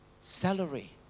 salary